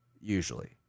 usually